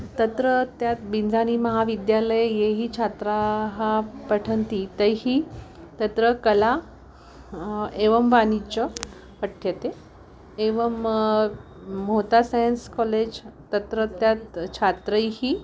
तत्रत्यः बिन्झानी महाविद्यालये ये छात्राः पठन्ति तैः तत्र कला एवं वाणिज्यं पठ्यते एवं मोता सैन्स् कालेज् तत्रत्याः छात्रैः